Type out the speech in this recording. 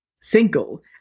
single